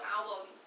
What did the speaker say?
album